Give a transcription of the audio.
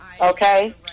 okay